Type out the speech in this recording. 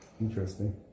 Interesting